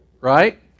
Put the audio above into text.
Right